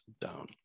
down